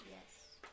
Yes